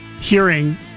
hearing